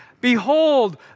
Behold